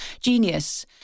genius